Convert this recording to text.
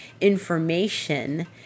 information